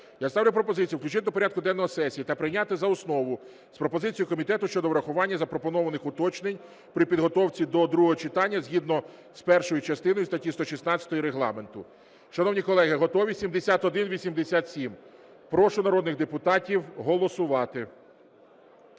Я ставлю пропозицію включити до порядку денного сесії та прийняти за основу з пропозицією комітету щодо врахування запропонованих уточнень при підготовці до другого читання згідно з першою частиною статті 116 Регламенту. Шановні колеги, готові 7187? Прошу народних депутатів голосувати.